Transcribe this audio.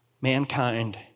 mankind